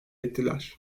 ettiler